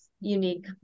unique